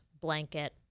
blanket